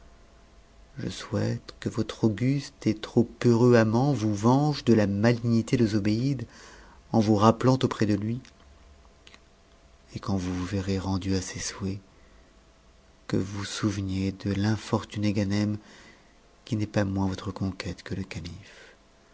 je souhaite que votre auguste et trop heureux amant vous venge de la malignité de zobéide en vous rappelant auprès de lui et quand vous vous verrez rendue à ses souhaits que vous vous souveniez de l'infortuné ganem qui n'est pas moins votre conquête que le calife